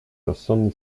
rozsądny